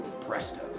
Presto